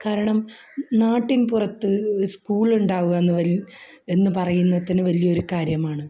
കാരണം നാട്ടിൻപുറത്ത് സ്കൂള് ഉണ്ടാകുക എന്ന് എന്നു പറയുന്നത് വലിയ ഒരു കാര്യമാണ്